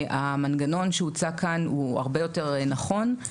המנגנון שהוצא כאן הוא הרבה יותר נכון,